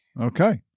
Okay